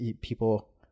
people